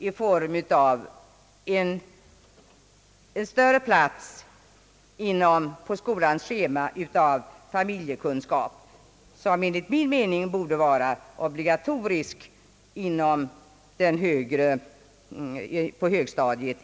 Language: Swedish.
Större plats bör på skolans schema ges åt ämnet familjekunskap. Det ämnet bör enligt min mening vara obligatoriskt på grundskolans högstadium.